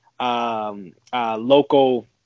local